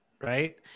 Right